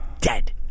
dead